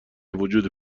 وجود